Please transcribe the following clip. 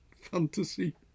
fantasy